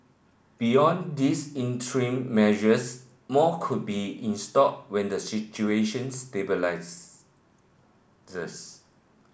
beyond these interim measures more could be in store when the situation